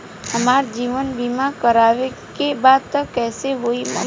हमार जीवन बीमा करवावे के बा त कैसे होई?